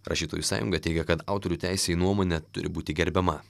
rašytojų sąjunga teigia kad autorių teisė į nuomonę turi būti gerbiama